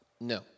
No